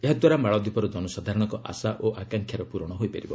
ଏହାଦ୍ୱାରା ମାଳଦୀପର ଜନସାଧାରଣଙ୍କ ଆଶା ଓ ଆକାଙ୍କ୍ଷାର ପୂରଣ ହୋଇପାରିବ